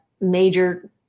major